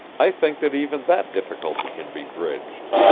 i think that even that difficulty can be bridged.